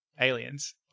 Aliens